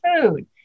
food